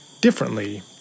differently